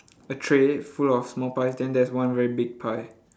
a tray full of small pies then there's one very big pie